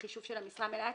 החישוב של המשרה המלאה,